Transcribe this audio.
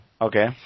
okay